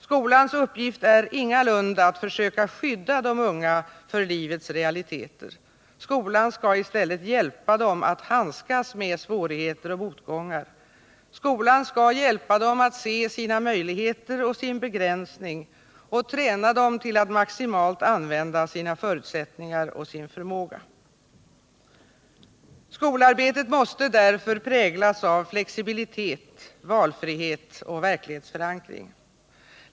Skolans uppgift är ingalunda att försöka skydda de unga för livets realiteter. Skolan skall i stället hjälpa dem att handskas med svårigheter och motgångar, skolan skall hjälpa dem att se sina möjligheter och sin begränsning och träna dem till att maximalt använda sina förutsättningar och sin förmåga. Skolarbetet måste därför präglas av flexibilitet, valfrihet och verklighetsförankring.